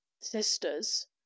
sisters